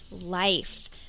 life